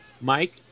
Mike